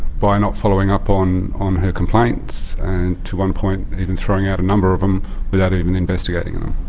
by not following upon um her complaints and to one point even throwing out a number of them without even investigating them.